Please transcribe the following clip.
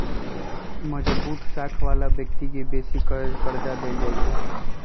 मजगुत साख बला व्यक्ति के बेशी कर्जा देल जाइ छइ